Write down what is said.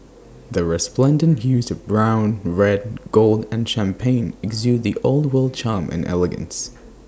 the resplendent hues of brown red gold and champagne exude the old world charm and elegance